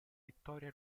vittoria